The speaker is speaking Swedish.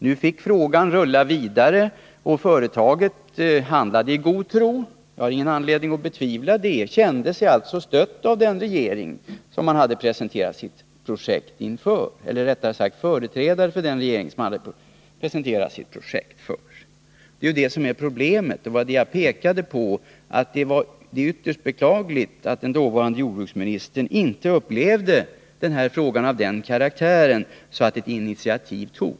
Nu fick frågan rulla vidare, och företaget handlade i god tro — jag har ingen anledning att betvivla det. Det kände sig alltså ha stöd av företrädare för den regering som man hade presenterat sitt projekt för. Det är ju det som är problemet — och det var det jag pekade på — att det är ytterst beklagligt att den dåvarande jordbruksministern inte tyckte att den här frågan hade den karaktären att initiativ behövde tas.